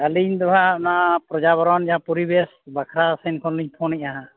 ᱟᱹᱞᱤᱧ ᱫᱚᱦᱟᱸᱜ ᱚᱱᱟ ᱯᱚᱨᱭᱟᱵᱚᱨᱚᱱ ᱡᱟᱦᱟᱸ ᱯᱚᱨᱤᱵᱮᱹᱥ ᱵᱟᱠᱷᱨᱟ ᱥᱮᱱ ᱠᱷᱚᱱᱞᱤᱧ ᱯᱷᱳᱱᱮᱫᱼᱟ ᱦᱟᱸᱜ